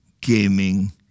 gaming